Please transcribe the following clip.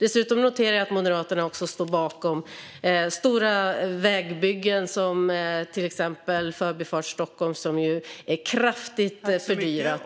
Dessutom noterar jag att Moderaterna står bakom stora vägbyggen, till exempel Förbifart Stockholm, som är kraftigt fördyrat.